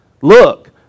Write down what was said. look